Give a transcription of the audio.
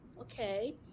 Okay